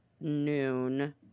Noon